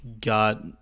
got